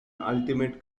ultimate